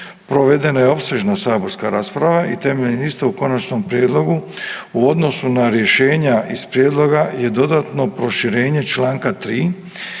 provedena je opsežna saborska rasprava i temeljem iste u konačnom prijedlogu u odnosu na rješenja iz prijedloga je dodatno proširenje čl. 3.